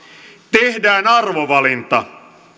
tehdään arvovalinta